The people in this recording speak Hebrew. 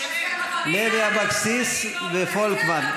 הכנסת לוי אבקסיס ופולקמן,